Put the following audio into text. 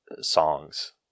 songs